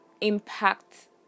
impact